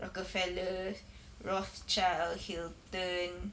rockefeller rothschild hilton